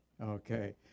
Okay